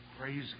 Praise